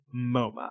MoMA